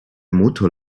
motor